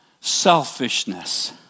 selfishness